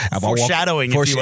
Foreshadowing